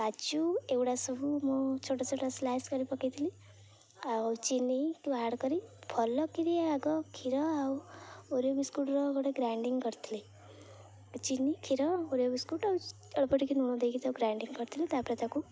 କାଜୁ ଏଗୁଡ଼ା ସବୁ ମୁଁ ଛୋଟ ଛୋଟ ସ୍ଲାଇସ୍ କରି ପକାଇ ଥିଲି ଆଉ ଚିନିକୁ ଆଡ଼ କରି ଭଲ କିରି ଆଗ କ୍ଷୀର ଆଉ ଓରିଓ ବିସ୍କୁଟର ଗୋଟେ ଗ୍ରାଇଣ୍ଡିଙ୍ଗ କରିଥିଲି ଚିନି କ୍ଷୀର ଓରିଓ ବିସ୍କୁଟ ଆଉ ଅଳ୍ପ ଟିକେ ଲୁଣ ଦେଇକି ତାକୁ ଗ୍ରାଇଣ୍ଡିଙ୍ଗ କରିଥିଲି ତା'ପରେ ତାକୁ